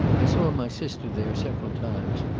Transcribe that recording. i saw my sister there several times,